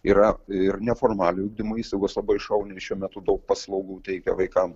yra ir neformaliojo ugdymo įstaigos labai šauniai šiuo metu daug paslaugų teikia vaikam